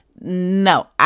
No